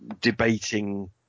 debating